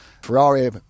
Ferrari